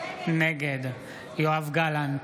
נגד יואב גלנט,